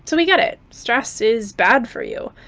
so we get it. stress is bad for you.